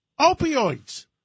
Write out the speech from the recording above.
Opioids